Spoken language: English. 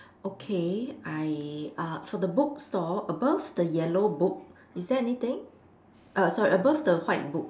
okay I uh for the book store above the yellow book is there anything err sorry above the white book